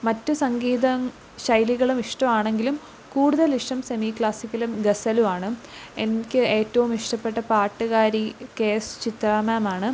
മറ്റു സംഗീത ശൈലികളുമിഷ്ടമാണെങ്കിലും കൂടുതലിഷ്ടം സെമീ ക്ലാസ്സിക്കലും ഗസലുമാണ് എനിക്ക് ഏറ്റവുമിഷ്ടപ്പെട്ട പാട്ടുകാരി കെ എസ് ചിത്രാമേമാണ്